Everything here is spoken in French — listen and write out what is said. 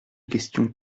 questions